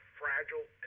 fragile